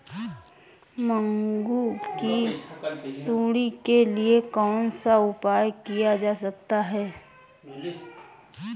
मूंग की सुंडी के लिए कौन सा उपाय किया जा सकता है?